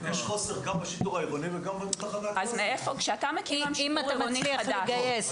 יש חוסר גם בשיטור העירוני וגם --- אם אתה מצליח לגייס,